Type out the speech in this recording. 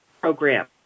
program